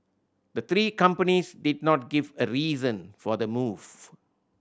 the three companies did not give a reason for the move